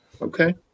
Okay